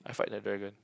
I fight like dragon